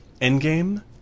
Endgame